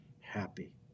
happy